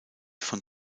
von